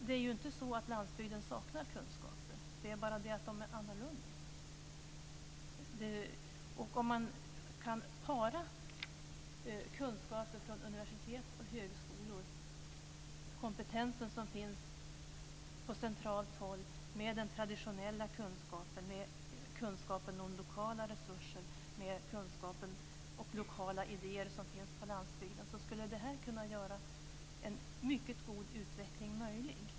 Det är inte så att landsbygden saknar kunskaper, det är bara det att de är annorlunda. Om man kan para kunskaper från universitet och högskolor och den kompetens som finns på centralt håll med traditionell kunskap, med kunskapen om lokala resurser, med den kunskap och de lokala idéer som finns på landsbygden skulle det kunna göra en mycket god utveckling möjlig.